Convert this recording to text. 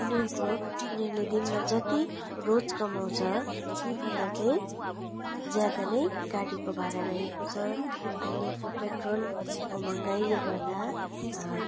उनीहरूको उनीहरूले दिनमा जति रोज कमाउँछ ती भन्दा चाहिँ ज्यादा नै गाडीको भाडा रहेको छ अहिलेको पेट्रोलको महँगाइले गर्दा